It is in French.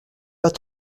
pas